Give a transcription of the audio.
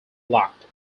locked